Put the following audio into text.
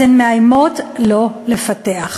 אז הן מאיימות לא לפתח.